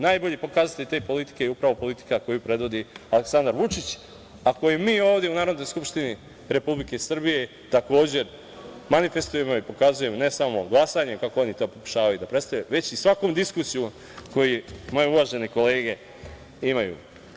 Najbolji pokazatelj te politike je upravo politika koju predvodi Aleksandar Vučić, a koju mi ovde u Narodnoj skupštini Republike Srbije takođe manifestujemo i pokazujemo, ne samo glasanjem, kako oni to pokušavaju da predstave, već i svakom diskusijom koju moje uvažene kolege imaju.